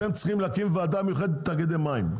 אתם צריכים להקים וועדה מיוחדת לתאגידי מים,